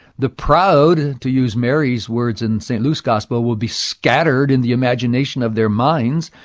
the proud, to use mary's words in st. luke's gospel, will be scattered in the imagination of their minds.